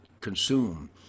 consume